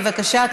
בבקשה,